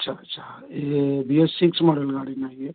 ଆଚ୍ଛା ଆଚ୍ଛା ଇଏ ବି ଏ ସିକ୍ସ ମଡ଼େଲ୍ ଗାଡ଼ି ନା ଇଏ